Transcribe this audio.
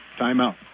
timeout